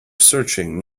searching